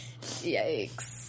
Yikes